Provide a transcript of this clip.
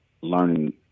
learning